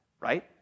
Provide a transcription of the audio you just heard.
right